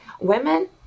women